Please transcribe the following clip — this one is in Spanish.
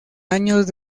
años